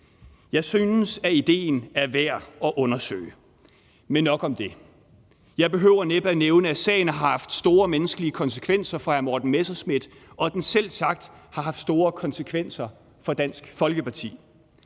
Jeg synes, at idéen er værd at undersøge. Men nok om det. Jeg behøver næppe at nævne, at sagen har haft store menneskelige konsekvenser for hr. Morten Messerschmidt, og at den selvsagt har haft store konsekvenser for Dansk Folkeparti.